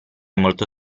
molto